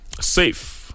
safe